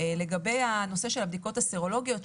שאלתם לגבי הבדיקות הסרולוגיות.